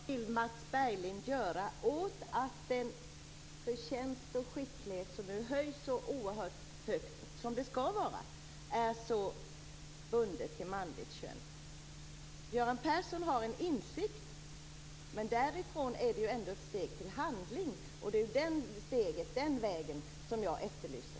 Herr talman! Vad vill Mats Berglind göra åt att förtjänst och skicklighet, vilket nu höjs så oerhört mycket som det skall göra, är så bundet till manligt kön? Göran Persson har en insikt, men därifrån är det ändå ett steg till handling. Det är det steget som jag efterlyser.